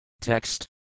Text